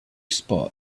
spot